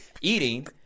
eating